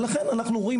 ולכן אנחנו אומרים,